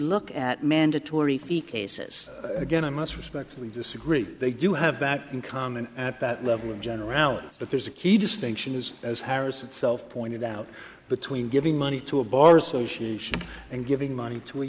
look at mandatory fee cases again i must respectfully disagree they do have that in common at that level in generalities but there's a key distinction is as harris itself pointed out between giving money to a bar association and giving money to a